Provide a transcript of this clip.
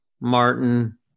Martin